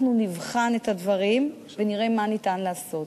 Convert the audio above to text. אנחנו נבחן את הדברים ונראה מה ניתן לעשות,